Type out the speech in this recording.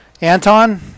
Anton